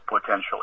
potentially